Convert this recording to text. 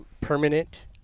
permanent